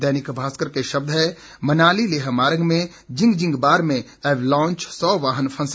दैनिक भास्कर के शब्द हैं मनाली लेह मार्ग में जिंगजिंगबार में एवलांच सौ वाहन फंसे